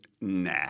nah